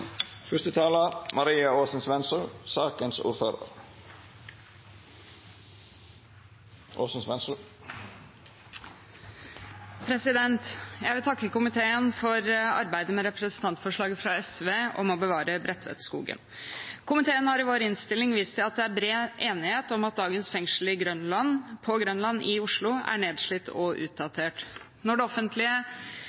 vil takke komiteen for arbeidet med representantforslaget fra SV om å bevare Bredtvetskogen. Komiteen har i vår innstilling vist til at det er bred enighet om at dagens fengsel på Grønland i Oslo er nedslitt og